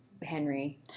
henry